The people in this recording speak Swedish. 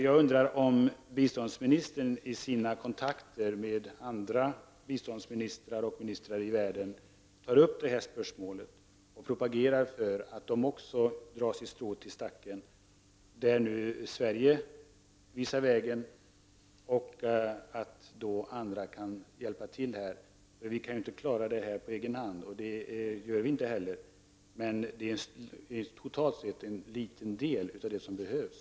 Jag undrar om biståndsministern i sina kontakter med andra biståndsministrar eller andra ministrar ute i världen tar upp det här spörsmålet och propagerar för att andra också måste dra sitt strå till stacken. Sverige visar vägen. Men andra måste, som sagt, hjälpa till. Vi kan ju inte klara detta på egen hand. Totalt sett avser alltså hjälpen endast en liten del av vad som behövs.